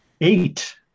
Eight